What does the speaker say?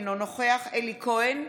אינו נוכח אלי כהן,